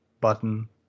button